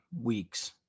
weeks